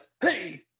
hey